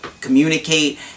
communicate